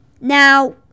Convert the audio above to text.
Now